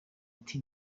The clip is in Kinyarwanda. ati